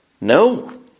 No